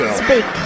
speak